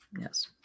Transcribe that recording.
yes